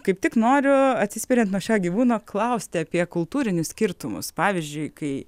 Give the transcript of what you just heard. kaip tik noriu atsispiriant nuo šio gyvūno klausti apie kultūrinius skirtumus pavyzdžiui kai